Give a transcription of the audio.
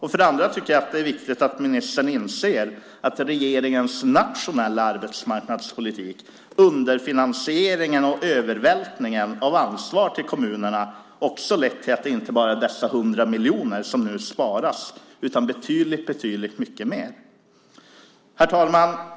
Vidare är det viktigt att ministern inser att regeringens nationella arbetsmarknadspolitik, underfinansieringen och övervältringen av ansvar på kommunerna också har lett till att det inte bara gäller dessa 100 miljoner kronor som nu sparas utan betydligt mycket mer. Herr talman!